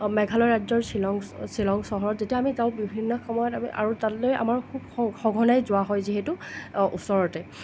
মেঘালয় ৰাজ্যৰ শ্বিলং শ্বিলং চহৰত যেতিয়া আমি যাওঁ বিভিন্ন সময়ত আমি আৰু তালৈ আমাৰ খুব সঘনাই যোৱা হয় যিহেতু ওচৰতে